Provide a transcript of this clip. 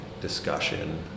discussion